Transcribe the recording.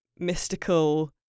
mystical